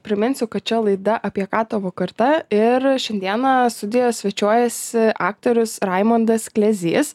priminsiu kad čia laida apie ką tavo karta ir šiandieną studijos svečiuojasi aktorius raimundas klezys